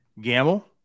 Gamble